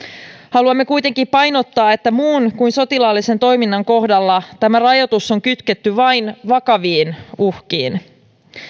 haluamme kuitenkin painottaa että muun kuin sotilaallisen toiminnan kohdalla tämä rajoitus on kytketty vain vakaviin uhkiin